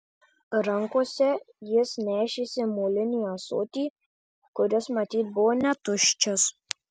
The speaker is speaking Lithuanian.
rankose jis nešėsi molinį ąsotį kuris matyt buvo netuščias